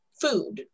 food